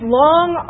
long